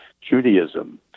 Judaism